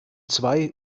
zwei